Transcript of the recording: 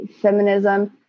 feminism